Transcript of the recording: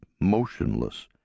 motionless